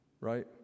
Right